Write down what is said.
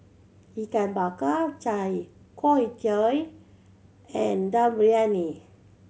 Ikan Bakar chai tow kway and Dum Briyani